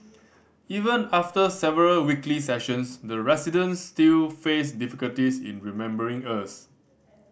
even after several weekly sessions the residents still faced difficulties in remembering us